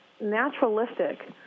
naturalistic